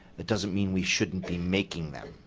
it doesn't mean we shouldn't be making them.